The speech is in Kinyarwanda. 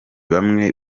bamwe